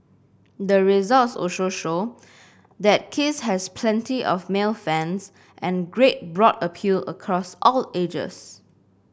the results also show that kiss has plenty of male fans and a great broad appeal across all ages